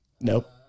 Nope